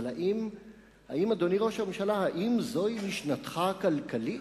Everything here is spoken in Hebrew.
אבל, אדוני ראש הממשלה, האם זוהי משנתך הכלכלית?